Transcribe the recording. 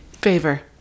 Favor